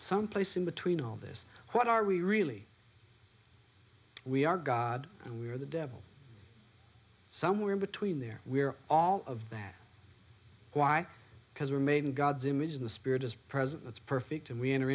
someplace in between all this what are we really we are god and we are the devil somewhere in between there we are all of that why because we're made in god's image in the spirit is present that's perfect and we enter